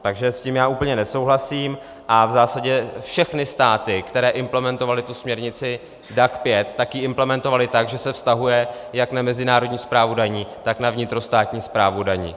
Takže s tím já úplně nesouhlasím a v zásadě všechny státy, které implementovaly tu směrnici DAC 5, tak ji implementovaly tak, že se vztahuje jak na mezinárodní správu daní, tak na vnitrostátní správu daní.